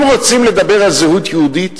אם רוצים לדבר על זהות יהודית,